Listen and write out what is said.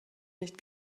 nicht